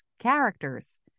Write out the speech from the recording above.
characters